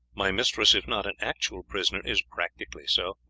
my mistress, if not an actual prisoner, is practically so,